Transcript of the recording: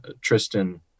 Tristan